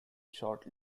short